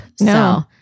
No